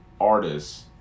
artists